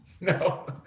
No